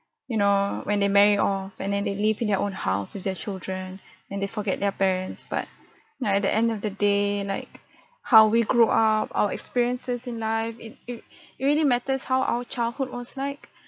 you know when they marry off and then they live in their own house with their children then they forget their parents but know at the end of the day like how we grew up our experiences in life it it it really matters how our childhood was like